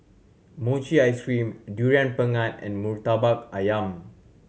mochi ice cream Durian Pengat and Murtabak Ayam